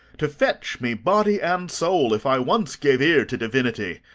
to fetch me body and soul, if i once gave ear to divinity